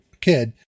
kid